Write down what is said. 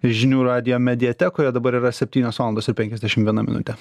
žinių radijo mediatekoje dabar yra septynios valandos ir penkiasdešim viena minutė